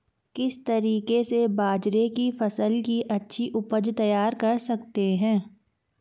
किस तरीके से बाजरे की फसल की अच्छी उपज तैयार कर सकते हैं?